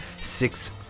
Six